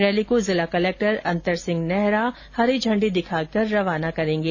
rally को जिला collector Antar Singh Nehra हरी झण्डी दिखाकर रवाना करेंगे